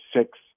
six